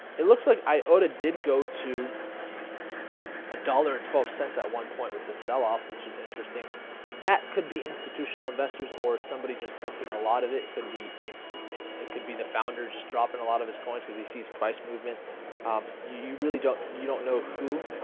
it looks like iota did go to a dollar and twelve cents at one point with this sell-off, which is interesting that could be institutional investors or somebody just dumping a lot of it could be i mean it could be the founder just dropping a lot of his coins because he sees price movement you you really don't you don't know who?